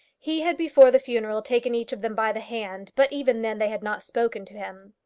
he had before the funeral taken each of them by the hand, but even then they had not spoken to him.